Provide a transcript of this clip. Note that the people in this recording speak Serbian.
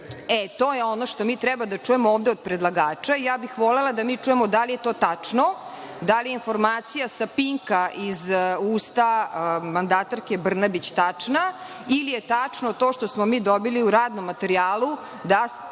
je ono što mi treba da čujemo od predlagača. Volela bih da čujemo da li je to tačno, da li je informacija sa „Pinka“ iz usta mandatarke Brnabić tačna ili je tačno to što smo mi dobili u radnom materiju, da